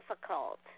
difficult